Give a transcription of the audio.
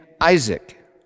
Isaac